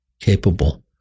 capable